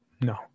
No